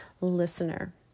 listener